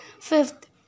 Fifth